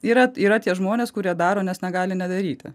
yra yra tie žmonės kurie daro nes negali nedaryti